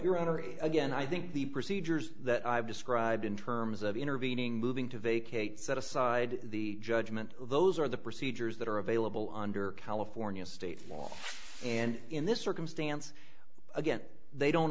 honor again i think the procedures that i've described in terms of intervening moving to vacate set aside the judgment of those are the procedures that are available under california state law and in this circumstance again they don't